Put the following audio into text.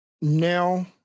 now